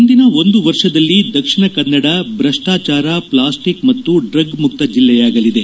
ಮುಂದಿನ ಒಂದು ವರ್ಷದಲ್ಲಿ ದಕ್ಷಿಣ ಕನ್ನಡ ಭ್ರಷ್ಟಾಚಾರ ಪ್ಲಾಸ್ಟಿಕ್ ಮತ್ತು ಡ್ರಗ್ ಮುಕ್ತ ಜಿಲ್ಲೆಯಾಗಲಿದೆ